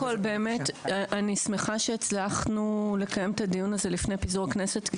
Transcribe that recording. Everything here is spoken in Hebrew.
אני שמחה שהצלחנו לקיים את הדיון הזה לפני פיזור הכנסת,